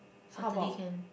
Saturday can